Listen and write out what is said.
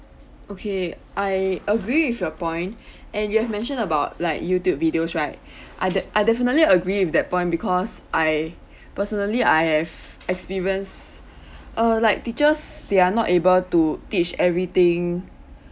okay I agree with your point and you have mentioned about like youtube videos right I de~ I definitely agree with that point because I personally I have experienced uh like teachers they're not able teach everything